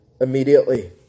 immediately